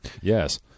Yes